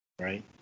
right